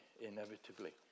inevitably